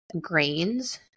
grains